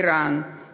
איראן,